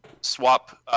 swap